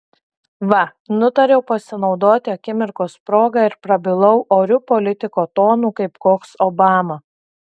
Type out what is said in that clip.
va nutariau pasinaudoti akimirkos proga ir prabilau oriu politiko tonu kaip koks obama